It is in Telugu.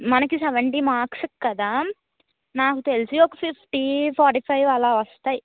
మనకి సెవెంటీ మార్క్స్కి కదా నాకు తెలిసి ఒక ఫిఫ్టీ ఫార్టీ ఫైవ్ అలా వస్తాయి